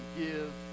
give